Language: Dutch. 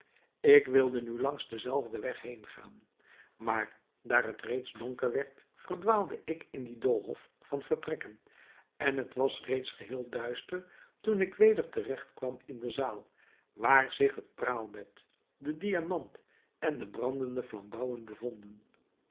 ik wilde nu langs denzelfden weg heengaan maar daar het reeds donker werd verdwaalde ik in dien doolhof van vertrekken en het was reeds geheel duister toen ik weder te regt kwam in de zaal waar zich het praalbed de diamant en de brandende flambouwen bevonden